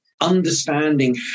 understanding